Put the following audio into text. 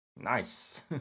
Nice